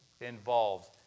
involved